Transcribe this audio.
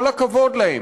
כל הכבוד להם,